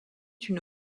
une